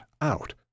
out